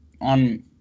on